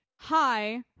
hi